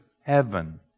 heaven